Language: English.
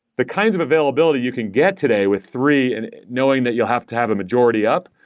the kinds of availability you can get today with three and knowing that you'll have to have a majority up,